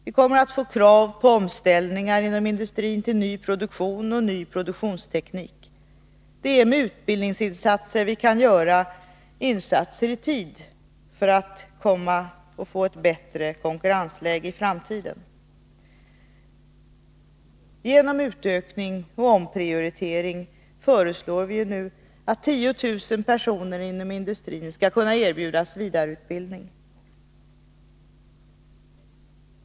Vi kommer att få krav på omställningar inom industrin till ny produktion och ny produktions teknik. Det är med utbildning vi kan göra insatser i tid för att få ett bättre konkurrensläge i framtiden. Genom utökning och omprioritering föreslår vi nu att 10 000 personer inom industrin skall erbjudas vidareutbildning.